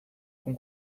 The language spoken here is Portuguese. com